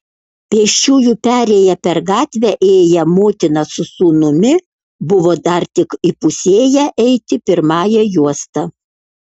pėsčiųjų perėja per gatvę ėję motina su sūnumi buvo dar tik įpusėję eiti pirmąja juosta